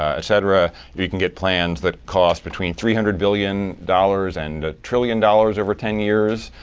et cetera. if you can get plans that cost between three hundred billion dollars and a trillion dollars over ten years,